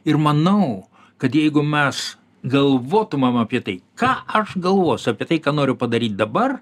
ir manau kad jeigu mes galvotumėm apie tai ką aš galvosiu apie tai ką noriu padaryt dabar